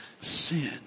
sin